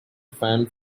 fan